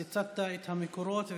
ציטטת את המקורות,